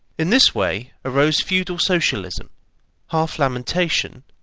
in this way arose feudal socialism half lamentation,